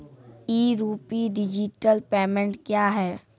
ई rupee digital payment क्या हैं?